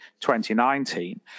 2019